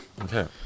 Okay